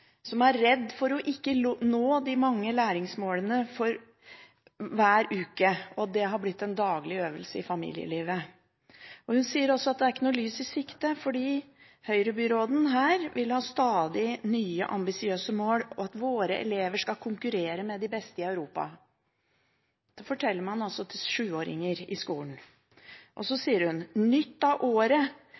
som er redd for ikke å nå de mange læringsmålene for hver uke. Det har blitt en daglig øvelse i familielivet. Hun sier også at det er ikke noe lys i sikte, fordi Høyre-byråden her vil ha stadig nye ambisiøse mål, og at «våre elever skal konkurrere med de beste i Europa». Det forteller man altså til 7-åringer i skolen. Og så sier hun: «Nytt av året